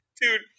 Dude